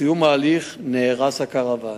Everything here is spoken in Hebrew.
בסיום ההליך נהרס הקרוון.